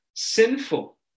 Sinful